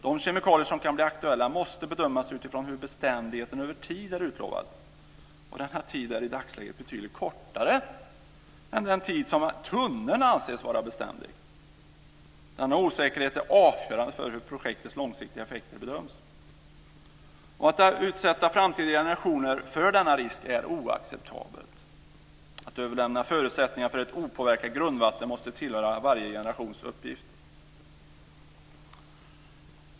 De kemikalier som kan bli aktuella måste bedömas utifrån hur beständigheten över tid är utlovad, och denna tid är i dagsläget betydligt kortare än den tid som tunneln anses vara beständig. Denna osäkerhet är avgörande för hur projektets långsiktiga effekter bedöms. Att utsätta framtida generationer för denna risk är oacceptabelt. Att överlämna förutsättningar för ett opåverkat grundvatten måste tillhöra varje generations uppgift.